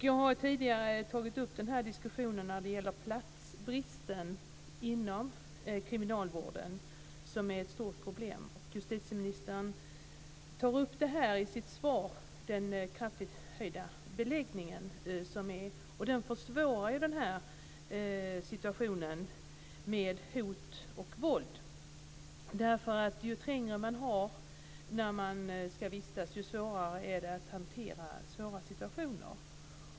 Jag har tidigare tagit upp denna diskussion när det gäller platsbristen inom kriminalvården som är ett stort problem. Justitieministern tar i sitt svar upp den kraftigt ökade beläggningen. Den försvårar denna situation med hot och våld, därför att ju trängre man har när man ska vistas där, desto svårare är det att hantera svåra situationer.